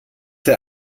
der